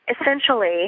essentially